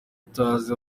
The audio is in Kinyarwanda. tutazi